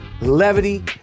levity